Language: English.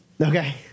Okay